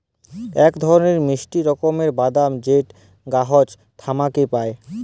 ইক ধরলের মিষ্টি রকমের বাদাম যেট গাহাচ থ্যাইকে পায়